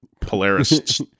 Polaris